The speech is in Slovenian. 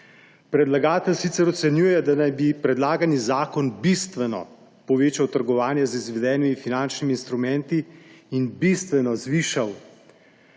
Predlagatelj sicer ocenjuje, da naj bi predlagani zakon bistveno povečal trgovanje z izvedenimi finančnimi instrumenti in bistveno zvišal